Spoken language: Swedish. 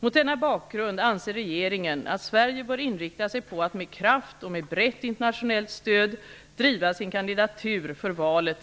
Mot denna bakgrund anser regeringen att Sverige bör inrikta sig på att med kraft och med brett internationellt stöd driva sin kandidatur för valet